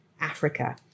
Africa